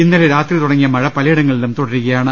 ഇന്നലെ രാത്രി തുടങ്ങിയ മഴ പലയിടങ്ങളിലും തുടരുകയാണ്